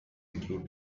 include